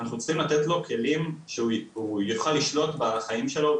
אנחנו צריכים לתת לו כלים שהוא יוכל לשלוט בחיים שלו,